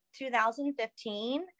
2015